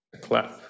clap